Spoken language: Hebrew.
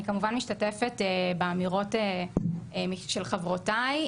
אני כמובן משתתפת באמירות של חברותיי,